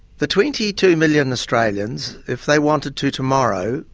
the twenty two million australians, if they wanted to tomorrow,